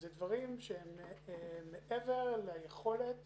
זה דברים שהם מעבר ליכולת